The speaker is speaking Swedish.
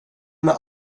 med